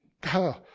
God